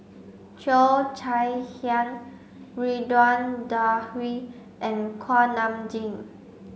Cheo Chai Hiang Ridzwan Dzafir and Kuak Nam Jin